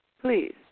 please